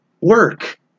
Work